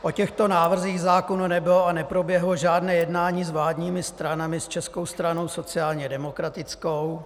O těchto návrzích zákonů nebylo a neproběhlo žádné jednání s vládními stranami s Českou stranou sociálně demokratickou.